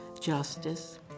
justice